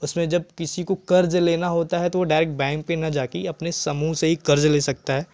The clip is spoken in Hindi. उसमें जब किसी को क़र्ज़ लेना होता है तो वह डायरेक्ट बैंक में ना जाकर अपने समूह से ही क़र्ज़ ले सकता है